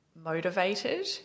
motivated